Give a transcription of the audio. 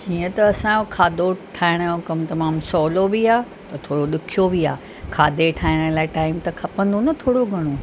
जीअं त असांजो खाधो ठाहिण जो कमु तमामु सहुलो बि आहे त थोरो ॾुखयो बि आहे खाधे ठाहिण लाइ त टाइम खपंदो न थोरो घणो